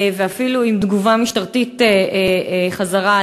ואפילו עם תגובה משטרתית אלימה,